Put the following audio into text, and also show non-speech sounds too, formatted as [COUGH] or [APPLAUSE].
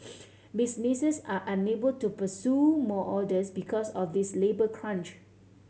[NOISE] businesses are unable to pursue more orders because of this labour crunch